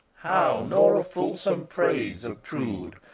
how nor a fulsome praise obtrude,